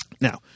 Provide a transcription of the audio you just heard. Now